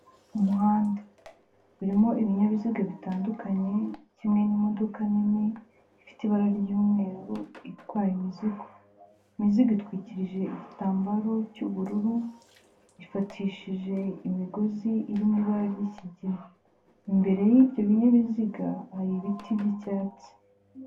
Umuhanda urimo ibinyabiziga bitandukanye, kimwe ni imodoka nini ifite ibara ry'umweru itwaye imizigo, imizigo itwikirije igitambaro cy'ubururu, ifatishije imigozi iri mu ibara ry'ikigina, imbere y'ibyo binyabiziga hari ibiti by'icyatsi.